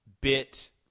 bit